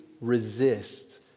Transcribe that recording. resist